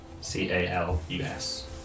C-A-L-U-S